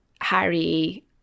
Harry